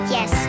Yes